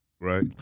right